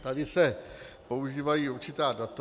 Tady se používají určitá data.